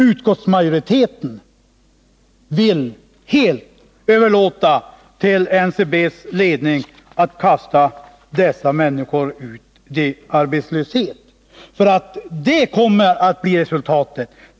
Utskottsmajoriteten vill helt överlåta till NCB:s ledning att kasta dessa människor ut i arbetslöshet. Det kommer nämligen att bli resultatet.